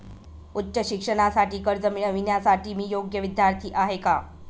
उच्च शिक्षणासाठी कर्ज मिळविण्यासाठी मी योग्य विद्यार्थी आहे का?